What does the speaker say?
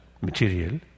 material